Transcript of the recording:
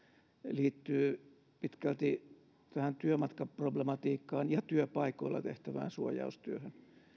liittyy pitkälti tähän työmatkaproblematiikkaan ja työpaikoilla tehtävään suojaustyöhön